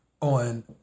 on